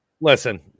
Listen